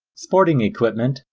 sporting equipment,